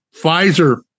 Pfizer